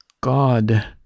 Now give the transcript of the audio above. God